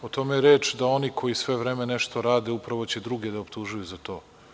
O tome je reč da oni koji sve vreme nešto rade upravo će druge da optužuju za to.